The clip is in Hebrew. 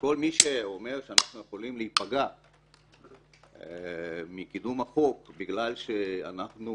כל מי שאומר שאנחנו יכולים להיפגע מקידום החוק בגלל שאנחנו